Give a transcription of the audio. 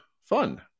fun